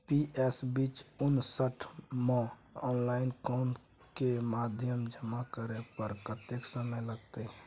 PS बीच उनसठ म ऑनलाइन लोन के आवेदन जमा करै पर कत्ते समय लगतै?